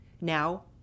Now